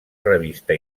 revista